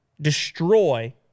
destroy